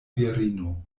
virino